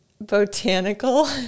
Botanical